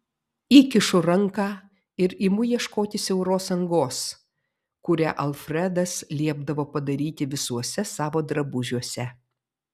įkišu ranką ir imu ieškoti siauros angos kurią alfredas liepdavo padaryti visuose savo drabužiuose